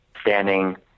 standing